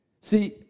See